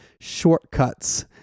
shortcuts